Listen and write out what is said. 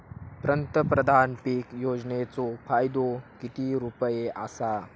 पंतप्रधान पीक योजनेचो फायदो किती रुपये आसा?